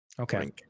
Okay